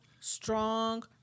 strong